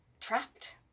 trapped